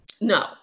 No